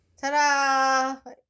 Ta-da